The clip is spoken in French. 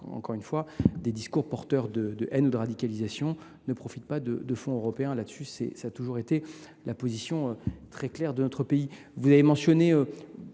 que des discours porteurs de haine ou de radicalisation ne profitent de fonds européens. Cela a toujours été la position très claire de notre pays. Vous avez mentionné